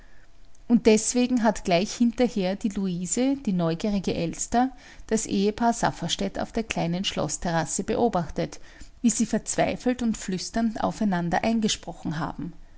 und deswegen hat gleich hinterher die luise die neugierige elster das ehepaar safferstätt auf der kleinen schloßterrasse beobachtet wie sie verzweifelt und flüsternd aufeinander eingesprochen haben